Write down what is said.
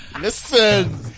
Listen